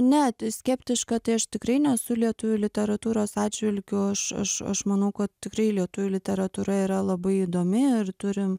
ne skeptiška tai aš tikrai nesu lietuvių literatūros atžvilgiu aš aš aš manau kad tikrai lietuvių literatūra yra labai įdomi ir turim